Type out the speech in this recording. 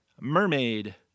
Mermaid